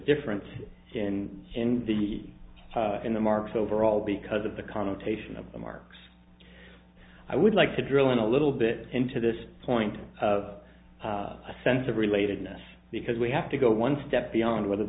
difference in the in the marks overall because of the connotation of the marks i would like to drill in a little bit into this point of a sense of relatedness because we have to go one step beyond whether